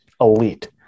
elite